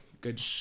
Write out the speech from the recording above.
Good